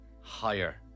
higher